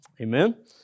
Amen